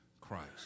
Christ